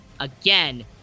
again